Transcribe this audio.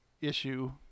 issue